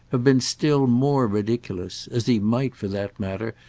have been still more ridiculous as he might, for that matter,